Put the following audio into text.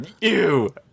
ew